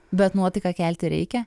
bet nuotaiką kelti reikia